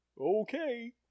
Okay